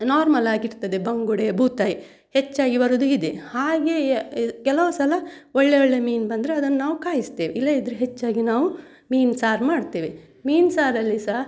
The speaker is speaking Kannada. ನಾರ್ಮಲ್ ಆಗಿರ್ತದೆ ಬಂಗುಡೆ ಬೂತಾಯಿ ಹೆಚ್ಚಾಗಿ ಬರೋದು ಇದೇ ಹಾಗೆಯೇ ಕೆಲವು ಸಲ ಒಳ್ಳೆ ಒಳ್ಳೆ ಮೀನು ಬಂದರೆ ಅದನ್ನು ನಾವು ಕಾಯಿಸ್ತೇವೆ ಇಲ್ಲದಿದ್ದರೆ ಹೆಚ್ಚಾಗಿ ನಾವು ಮೀನು ಸಾರು ಮಾಡ್ತೇವೆ ಮೀನು ಸಾರಲ್ಲಿ ಸಹ